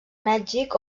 mèxic